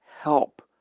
help